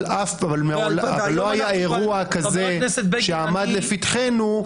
אבל לא היה אירוע כזה שעמד לפתחנו ותקענו אותו בכוונה.